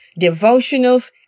devotionals